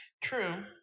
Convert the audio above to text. True